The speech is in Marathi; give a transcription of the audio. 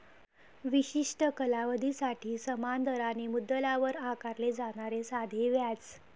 विशिष्ट कालावधीसाठी समान दराने मुद्दलावर आकारले जाणारे साधे व्याज